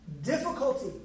difficulty